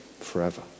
forever